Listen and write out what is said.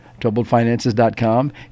troubledfinances.com